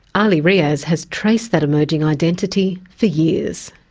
ali riaz has traced that emerging identity for years.